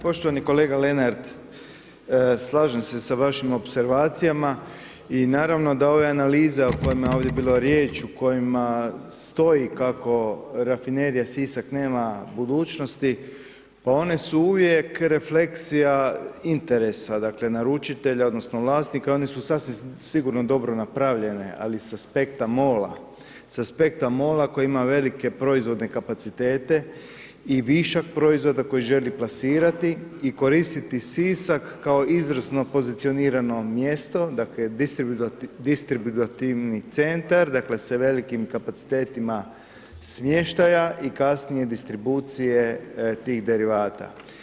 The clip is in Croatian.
Poštovani kolega Lenart, slažem se sa vašim opservacijama, i naravno da ove analize o kojima je ovdje bilo riječ, u kojima stoji kako rafinerija Sisak nema budućnosti, pa one su uvijek refleksija interesa, dakle naručitelja odnosno vlasnika, i one su sasvim sigurno dobro napravljene, ali sa spektra MOL-a, sa spektra MOL-a koji ima velike proizvodne kapacitete, i višak proizvoda koji želi plasirati, i koristiti Sisak kao izvrsno pozicionirano mjesto, dakle distributivni centar, dakle sa veliki kapacitetima smještaja i kasnije distribucije tih derivata.